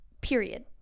Period